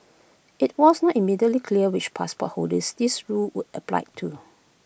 IT was not immediately clear which passport holders this rule would apply to